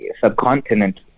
subcontinent